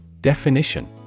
Definition